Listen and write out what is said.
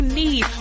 need